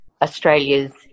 Australia's